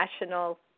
national